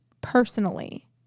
personally